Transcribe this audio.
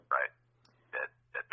Right